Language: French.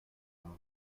marne